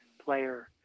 player